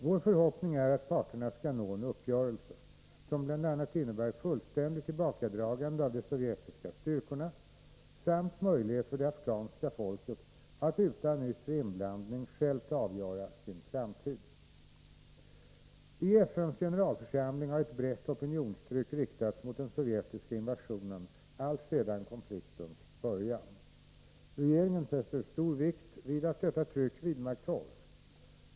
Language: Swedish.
Vår förhoppning är att parterna skall nå en uppgörelse, som bl.a. innebär fullständigt tillbakadragande av de sovjetiska styrkorna samt möjlighet för det afghanska folket att utan yttre inblandning självt avgöra sin framtid. I FN:s generalförsamling har ett brett opinionstryck riktats mot den sovjetiska invasionen alltsedan konfliktens början. Regeringen fäster stor vikt vid att detta tryck vidmakthålls.